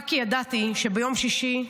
רק כי ידעתי שביום שישי,